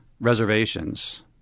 reservations